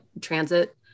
transit